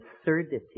absurdity